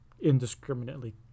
indiscriminately